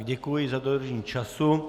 Děkuji za dodržení času.